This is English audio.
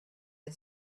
had